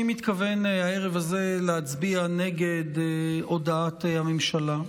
הערב הזה אני מתכוון להצביע נגד הודעת הממשלה.